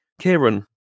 Kieran